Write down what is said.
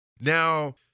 now